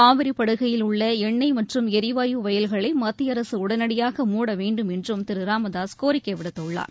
காவிரிபடுகையில் உள்ளஎண்ணெய் மற்றும் எரிவாயு வயல்களைமத்தியஅரசுஉடனடியாக மூட வேண்டும் என்றும் திருராமதாசுகோரிக்கைவிடுத்துள்ளார்